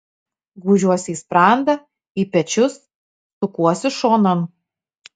gūžiuosi į sprandą į pečius sukuosi šonan